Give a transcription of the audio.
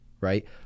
right